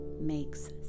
makes